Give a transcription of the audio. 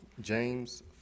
James